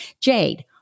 Jade